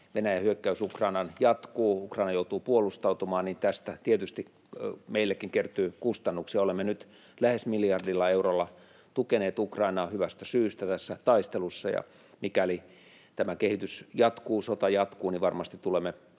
Venäjän hyökkäys Ukrainaan jatkuu, Ukraina joutuu puolustautumaan, tästä tietysti meillekin kertyy kustannuksia. Olemme nyt lähes miljardilla eurolla tukeneet Ukrainaa hyvästä syystä tässä taistelussa, ja mikäli tämä kehitys jatkuu, sota jatkuu, varmasti tulemme